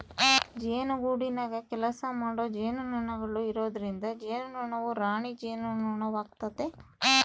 ಜೇನುಗೂಡಿನಗ ಕೆಲಸಮಾಡೊ ಜೇನುನೊಣಗಳು ಇರೊದ್ರಿಂದ ಜೇನುನೊಣವು ರಾಣಿ ಜೇನುನೊಣವಾತತೆ